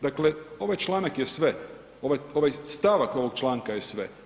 Dakle, ovaj članak je sve, ovaj stavak ovog članka je sve.